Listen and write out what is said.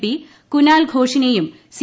P Kunal ഷോഘിനേയും C